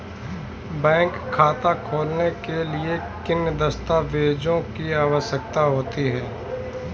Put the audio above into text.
Bank खाता खोलने के लिए किन दस्तावेज़ों की आवश्यकता होती है?